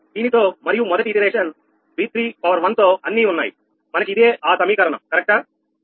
దీనితో మరియు మొదటి పునరావృతం V31 తో అన్నీ ఉన్నాయి మనకి ఇదే ఆ సమీకరణం కరెక్టా